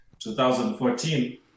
2014